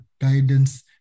guidance